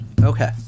Okay